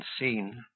unseen